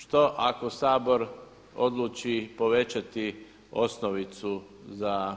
Što ako Sabor odluči povećati osnovicu za